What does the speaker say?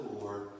Lord